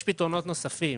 יש פתרונות נוספים.